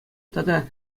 тата